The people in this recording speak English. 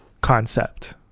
concept